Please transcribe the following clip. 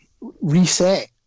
reset